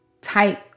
tight